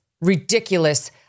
ridiculous